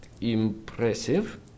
impressive